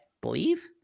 believe